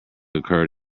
occurred